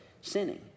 sinning